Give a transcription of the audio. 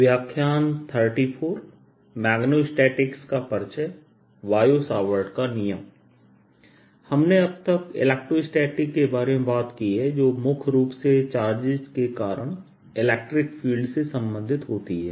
magnetostatics का परिचय Biot Savart का नियम हमने अब तक इलेक्ट्रोस्टैटिक के बारे में बात की है जो मुख्य रूप से चार्जेज के कारण इलेक्ट्रिक फील्ड से संबंधित होती है